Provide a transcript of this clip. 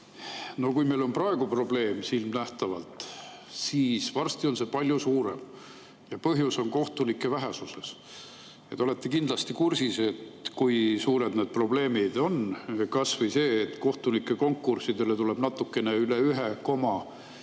No kui meil on praegu silmnähtavalt probleem, siis varsti on see palju suurem, ja põhjus on kohtunike vähesuses. Te olete kindlasti kursis, kui suured need probleemid on. Kas või see, et kohtunike konkurssidele tuleb natukene üle ühe